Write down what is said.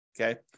Okay